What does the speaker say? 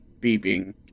beeping